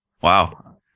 wow